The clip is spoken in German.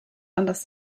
anders